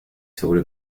seguro